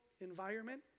environment